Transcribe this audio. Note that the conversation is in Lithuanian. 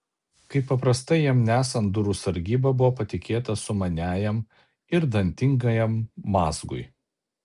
kaip paprastai jam nesant durų sargyba buvo patikėta sumaniajam ir dantingajam mazgui